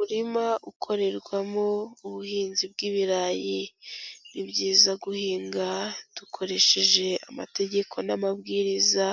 Umurima ukorerwamo ubuhinzi bw'ibirayi. Ni byiza guhinga dukoresheje amategeko n'amabwiriza